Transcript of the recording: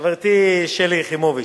חברתי שלי יחימוביץ,